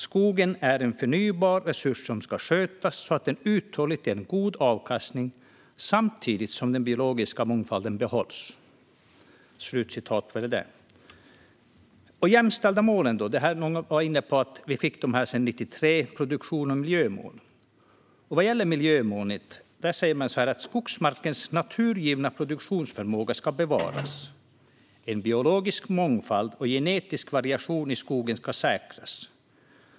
Skogen är en förnybar resurs som ska skötas så att den uthålligt ger god avkastning samtidigt som den biologiska mångfalden behålls. Sedan är det de jämställda målen. Många har varit inne på att vi fick dem 1993 - produktionsmål och miljömål. När det gäller miljömålet säger man att skogsmarkens naturgivna produktionsförmåga ska bevaras. En biologisk mångfald och genetisk variation i skogen ska säkras.